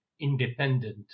independent